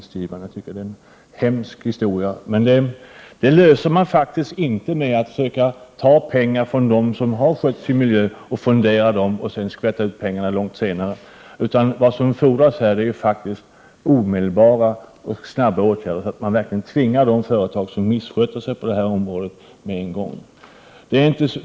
Jag tycker att detta är en hemsk historia, men man löser inte problemet genom att försöka att ta pengar från de företag som har skött sin miljö, fondera pengarna och sedan skvätta ut dem långt senare. Vad som fordras är faktiskt omedelbara och snabba åtgärder för att med en gång verkligen tvinga de företag som missköter sig på detta område.